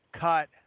cut